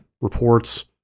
reports